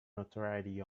notoriety